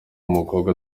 umukobwa